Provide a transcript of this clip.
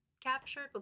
captured